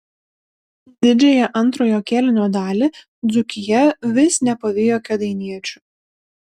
didžiąją antrojo kėlinio dalį dzūkija vis nepavijo kėdainiečių